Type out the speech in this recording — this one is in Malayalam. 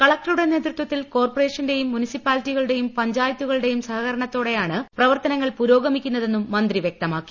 കളക്ടറുടെ നേതൃത്വത്തിൽ കോർപറേഷന്റേയും മുൻസിപ്പാലിറ്റികളുടേയും പഞ്ചായത്തുകളുടേയും സഹകരണത്തോടെയാണ് പ്രവർത്തനങ്ങൾ പുരോഗമിക്കുന്നതെന്നും മന്ത്രി വൃക്തമാക്കി